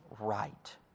right